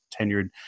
tenured